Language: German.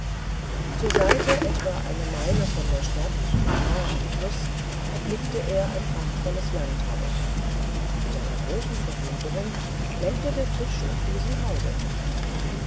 zur seite etwa eine meile von der stadt und nahe am fluß erblickte er ein prachtvolles landhaus und zu seiner großen verwunderung lenkte der fisch nach diesem hause hin